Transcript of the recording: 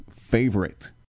favorite